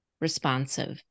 responsive